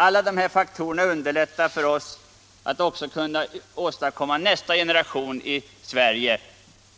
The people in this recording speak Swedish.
Alla de här faktorerna underlättar för oss att kunna åstadkomma nästa generation av flygplan i Sverige.